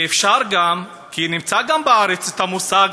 ואפשר גם, כי נמצא גם בארץ המושג